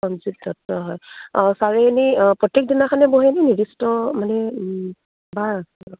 সঞ্জীৱ দত্ত হয় অঁ ছাৰে এনেই প্ৰত্যেক দিনাখনে বহেনে নিৰ্দিষ্ট মানে বাৰ আছে